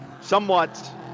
somewhat